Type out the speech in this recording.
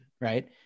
right